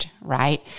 right